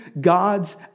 God's